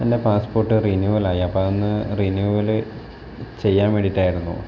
എൻ്റെ passport renewal ആയി അപ്പം അതൊന്ന് റിന്യൂവല് ചെയ്യാൻ വേണ്ടിയിട്ടായിരുന്നു